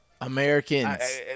Americans